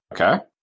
Okay